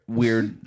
weird